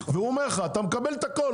הוא אומר לך: "אתה מקבל את הכל,